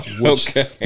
Okay